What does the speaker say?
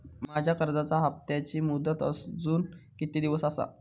माझ्या कर्जाचा हप्ताची मुदत अजून किती दिवस असा?